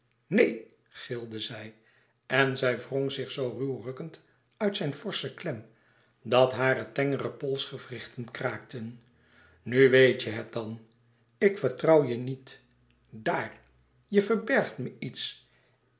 neen gilde zij en zij wrong zich zoo ruw rukkend uit zijn forschen klem dat hare tengere polsgewrichten kraakten nu weet je het dan ik vertrouw je niet daar je verbergt me iets